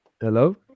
Hello